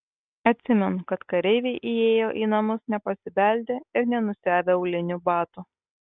atsimenu kad kareiviai įėjo į namus nepasibeldę ir nenusiavę aulinių batų